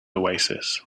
oasis